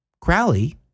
Crowley